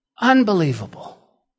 Unbelievable